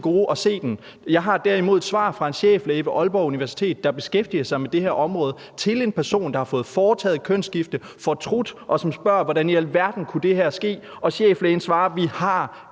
gode at se det. Jeg har derimod et svar fra en cheflæge på Aalborg Universitet, der beskæftiger sig med det her område, til en person, der har fået foretaget kønsskifte, har fortrudt, og som spørger, hvordan i alverden det her kunne ske. Og cheflægen svarer: Vi har